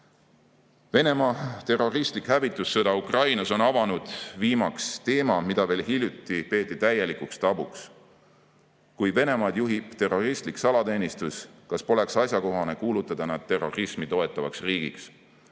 Venemaa terroristlik hävitussõda Ukrainas on avanud viimaks teema, mida veel hiljuti peeti täielikuks tabuks. Kui Venemaad juhib terroristlik salateenistus, kas poleks asjakohane kuulutada see terrorismi toetavaks riigiks?